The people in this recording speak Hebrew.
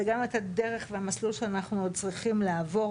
וגם את הדרך והמסלול שאנחנו צריכים לעבור.